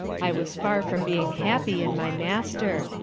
i was far from being happy in my master,